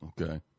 Okay